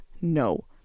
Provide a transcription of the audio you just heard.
no